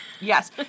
yes